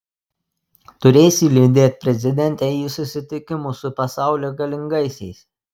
turėsi lydėt prezidentę į susitikimus su pasaulio galingaisiais